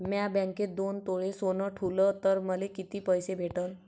म्या बँकेत दोन तोळे सोनं ठुलं तर मले किती पैसे भेटन